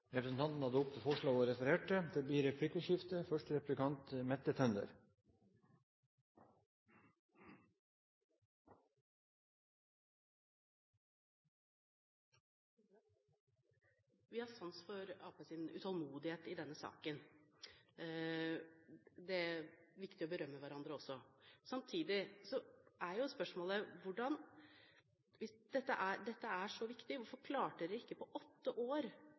Representanten Mandt har tatt opp det forslaget hun refererte til. Det blir replikkordskifte. Vi har sans for Arbeiderpartiets utålmodighet i denne saken. – Det er viktig å berømme hverandre også. Samtidig er spørsmålet: Hvis dette er så viktig, hvorfor klarte de ikke på åtte år